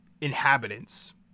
inhabitants